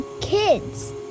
kids